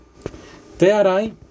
Tearai